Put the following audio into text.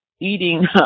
eating